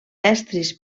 estris